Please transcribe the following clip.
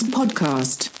podcast